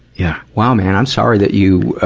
yeah. wow, man. i'm sorry that you,